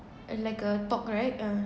uh like a talk right uh